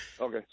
Okay